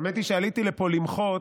האמת היא שעליתי לפה למחות,